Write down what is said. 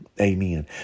Amen